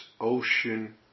ocean